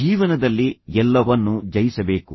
ಜೀವನದಲ್ಲಿ ಎಲ್ಲವನ್ನೂ ಜಯಿಸಬೇಕು